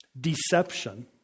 Deception